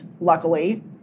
Luckily